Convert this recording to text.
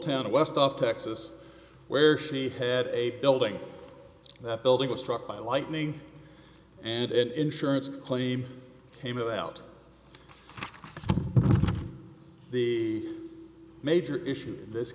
of west off texas where she had a building that building was struck by lightning and an insurance claim came about the major issues in this